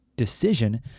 decision